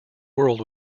world